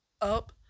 up